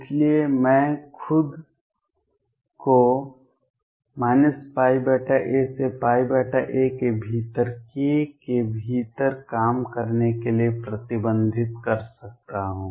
इसलिए मैं खुद को a से a के भीतर k के भीतर काम करने के लिए प्रतिबंधित कर सकता हूं